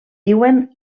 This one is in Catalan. diuen